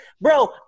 Bro